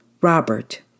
Robert